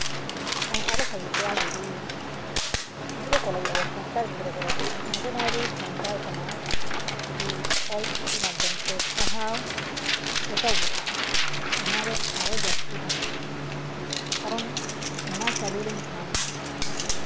ᱟᱨᱚ ᱵᱷᱟᱜᱮ ᱠᱚᱜᱼᱟ ᱡᱩᱫᱤ ᱜᱤᱫᱽᱨᱟᱹ ᱠᱚ ᱞᱟᱹᱜᱤᱫ ᱟᱵᱚ ᱥᱟᱱᱛᱟᱲ ᱜᱤᱫᱽᱨᱟᱹ ᱠᱚ ᱞᱟᱹᱜᱤᱫ ᱚᱝᱜᱚᱱᱳᱣᱟᱲᱤ ᱥᱮᱱᱴᱟᱨ ᱠᱟᱱᱟ ᱡᱩᱫᱤ ᱚᱞ ᱪᱤᱠᱤ ᱢᱟᱫᱽᱫᱷᱚᱢ ᱛᱮ ᱯᱟᱲᱦᱟᱣ ᱮᱛᱚᱦᱚᱵᱚᱜᱼᱟ ᱚᱱᱟ ᱫᱚ ᱟᱨᱚ ᱡᱟᱹᱥᱛᱤ ᱵᱷᱟᱜᱮ ᱠᱚᱜᱼᱟ ᱠᱟᱨᱚᱱ ᱚᱱᱟ ᱪᱟᱹᱞᱩ ᱞᱮᱱᱠᱷᱟᱱ